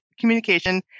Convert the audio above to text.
communication